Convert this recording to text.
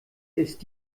ist